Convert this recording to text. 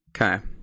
Okay